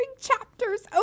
chapters